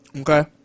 Okay